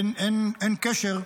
אין קשר,